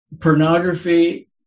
pornography